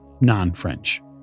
non-French